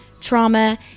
trauma